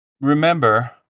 Remember